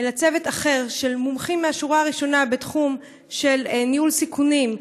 אלא צוות אחר של מומחים מהשורה הראשונה בתחום של ניהול סיכונים,